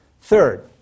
Third